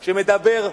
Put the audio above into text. שמדבר,